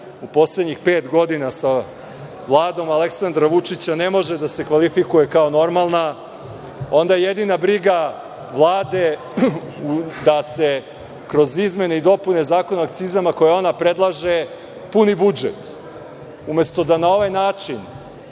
u poslednjih pet godina sa Vladom Aleksandra Vučića ne može da se kvalifikuje kao normalna, onda jedina briga Vlade da se kroz da se izmene i dopune Zakona o akcizama koje ona predlaže puni budžet, umesto da na ovaj način